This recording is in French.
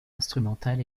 instrumental